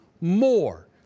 more